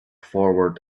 forward